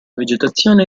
vegetazione